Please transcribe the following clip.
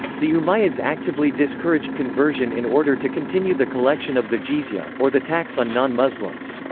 the umayyads actively discouraged conversion in order to continue the collection of the jizya, or the tax on non-muslims.